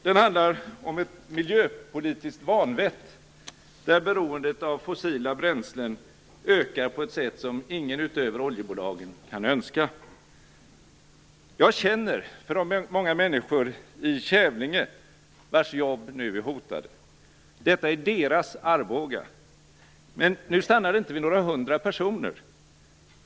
Det handlar om ett miljöpolitiskt vanvett, där beroendet av fossila bränslen ökar på ett sätt som ingen utöver oljebolagen kan önska. Jag känner för de många människor i Kävlinge vars jobb nu är hotade. Detta är deras Arboga. Men nu stannar det inte vid några hundra personer.